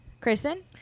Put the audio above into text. Kristen